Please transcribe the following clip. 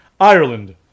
Ireland